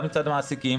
גם מצד המעסיקים,